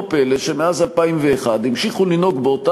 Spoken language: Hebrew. לא פלא שמאז 2001 המשיכו לנהוג באותה